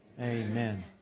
Amen